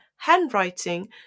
handwriting